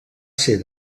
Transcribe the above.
ser